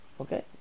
Okay